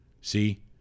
see